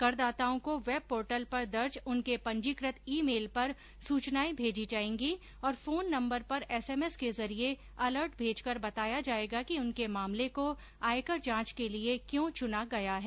करदाताओं को web portal पर दर्ज उनके पंजीकृत ई मेल पर सुचनाएं भेजी जाएंगी और फोन नम्बर पर एसएमएस के जरिए एलर्ट भेजकर बताया जाएगा कि उनके मामले को आयकर जांच के लिए क्यों चुना गया है